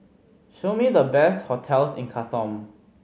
show me the best hotels in Khartoum